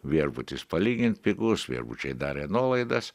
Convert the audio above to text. viešbutis palygint pigus viešbučiai darė nuolaidas